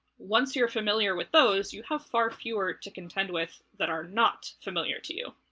once you're familiar with those you have far fewer to contend with that are not familiar to you.